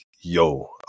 yo